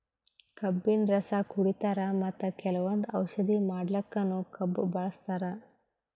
ಕಬ್ಬಿನ್ ರಸ ಕುಡಿತಾರ್ ಮತ್ತ್ ಕೆಲವಂದ್ ಔಷಧಿ ಮಾಡಕ್ಕನು ಕಬ್ಬ್ ಬಳಸ್ತಾರ್